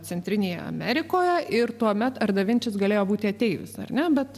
centrinėje amerikoje ir tuomet ar davinčis galėjo būti ateivis ar ne bet